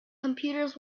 computers